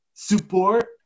support